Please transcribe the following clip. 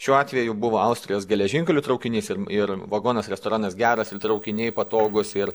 šiuo atveju buvo austrijos geležinkelių traukinys ir vagonas restoranas geras ir traukiniai patogūs ir